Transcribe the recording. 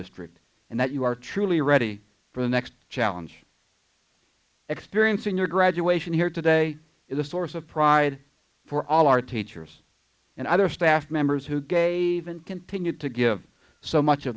district and that you are truly ready for the next challenge experience in your graduation here today is a source of pride for all our teachers and other staff members who gave and continued to give so much of